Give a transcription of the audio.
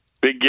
Big